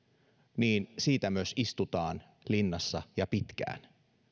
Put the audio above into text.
niin siitä myös istutaan linnassa ja pitkään